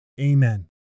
Amen